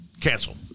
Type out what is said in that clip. cancel